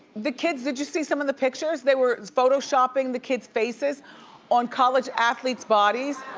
the kids, did you see some of the pictures? they were photoshopping the kid's faces on college athletes bodies.